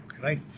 right